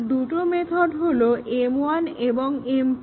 যার দুটো মেথড হলো m1 এবং m2